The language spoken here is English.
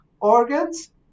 organs